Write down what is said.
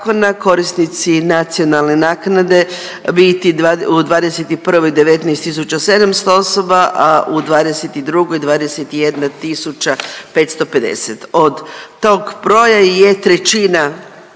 korisnici nacionalne naknade biti u '21. 19 700 osoba, a u '22. 21 550. Od tog broja je trećina